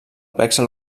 plexe